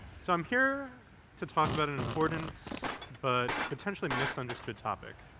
so, i'm here to talk about an important but potentially misunderstood topic